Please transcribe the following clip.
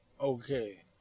Okay